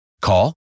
Call